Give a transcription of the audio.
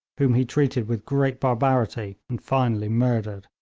whom he treated with great barbarity, and finally murdered.